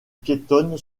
piétonne